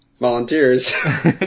Volunteers